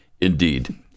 Indeed